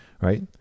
right